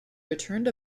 returned